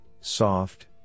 soft